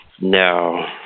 No